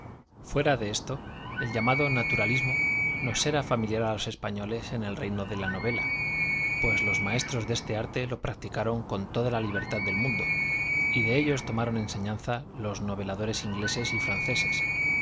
fuera de esto el llamado naturalismo nos era familiar a los españoles en el reino de la novela pues los maestros de este arte lo practicaron con toda la libertad del mundo y de ellos tomaron enseñanza los noveladores ingleses y franceses